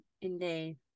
Indeed